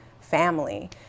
family